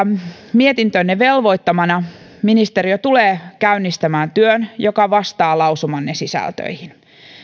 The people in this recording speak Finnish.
mietintönne velvoittamana ministeriö tulee käynnistämään työn joka vastaa lausumanne sisältöihin